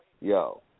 yo